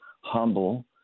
humble